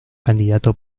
candidato